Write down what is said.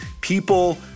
people